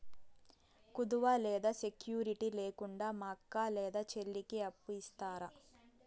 కుదువ లేదా సెక్యూరిటి లేకుండా మా అక్క లేదా చెల్లికి అప్పు ఇస్తారా?